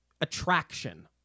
attraction